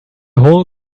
whole